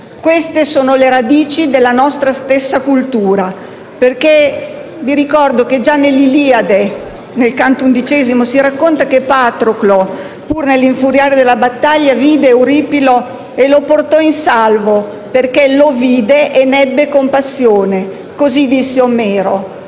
Queste sono le radici della nostra stessa cultura. Vi ricordo, colleghi, che già nell'Iliade, nel libro XI, si racconta che Patroclo, pur nell'infuriare della battaglia, vide Euripilo e lo portò in salvo perché lo vide e ne ebbe compassione. Così disse Omero.